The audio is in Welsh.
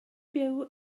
byw